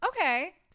okay